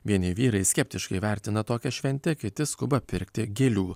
vieni vyrai skeptiškai vertina tokią šventę kiti skuba pirkti gėlių